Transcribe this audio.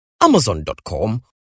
Amazon.com